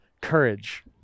courage